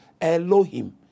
Elohim